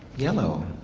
yellow,